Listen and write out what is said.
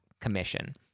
commission